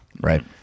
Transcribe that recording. Right